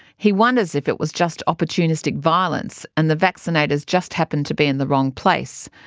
he wonders if it was just opportunistic violence and the vaccinators just happened to be in the wrong place.